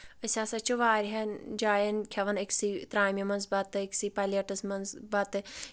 أسۍ ہسا چھِ واریاہَن جاین کھٮ۪وان أکسٕے ترامہِ منٛز بَتہٕ أکسٕے پَلیٹس منٛز بَتہٕ